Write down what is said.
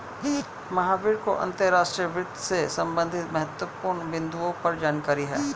महावीर को अंतर्राष्ट्रीय वित्त से संबंधित महत्वपूर्ण बिन्दुओं पर जानकारी है